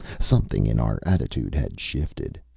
something in our attitude had shifted.